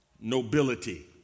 Nobility